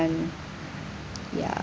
ya